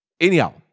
Anyhow